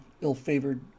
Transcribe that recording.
ill-favored